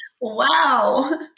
Wow